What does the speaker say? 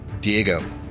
Diego